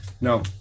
No